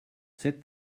set